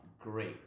great